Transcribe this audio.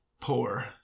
poor